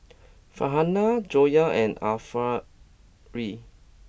Farhanah Joyah and Arifa